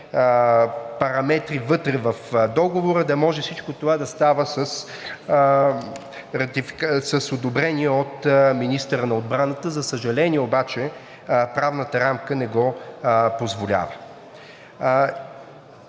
параметри вътре в договора, да може всичко това да става с одобрение от министъра на отбраната, за съжаление обаче правната рамка не го позволява.